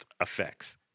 effects